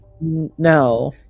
No